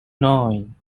nine